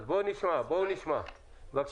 אז בואו נשמע, בבקשה.